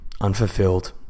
unfulfilled